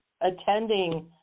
attending